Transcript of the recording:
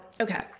okay